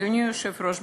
אדוני היושב-ראש,